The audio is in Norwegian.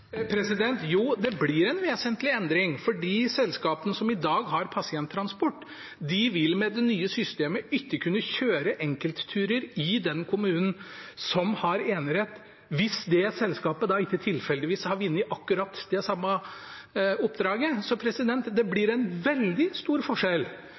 Jo, det blir en vesentlig endring, for selskapene som i dag har pasienttransport, vil med det nye systemet ikke kunne kjøre enkeltturer i den kommunen som har enerett – hvis det selskapet da ikke tilfeldigvis har vunnet akkurat det samme oppdraget. Så det blir en veldig stor forskjell.